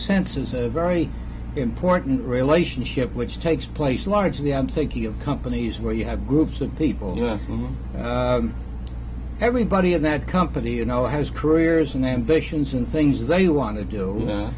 sense is a very important relationship which takes place largely am thinking of companies where you have groups of people everybody at that company you know has careers and ambitions and things they want to do